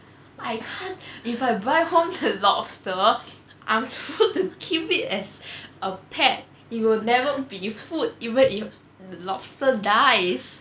I can't if I buy home the lobster I'm supposed to keep it as a pet it will never be food even if the lobster dies